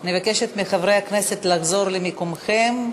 אני מבקשת מחברי הכנסת לחזור למקומם,